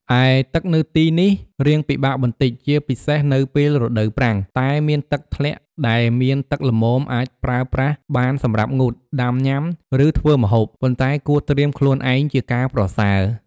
ឯទឹកនៅទីនេះ រៀងពិបាកបន្តិចជាពិសេសនៅពេលរដូវប្រាំង តែមានទឹកធ្លាក់ដែលមានទឹកល្មមអាចប្រេីប្រាស់បានសម្រាប់ងូត ដាំញុាំ ឬធ្វេីម្ហូប ប៉ុន្តែគួរត្រៀមខ្លួនឯង ជាការប្រសើរ។